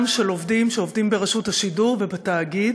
של עובדים שעובדים ברשות השידור ובתאגיד,